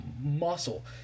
muscle